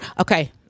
Okay